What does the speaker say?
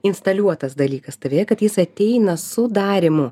instaliuotas dalykas tavyje kad jis ateina su darymu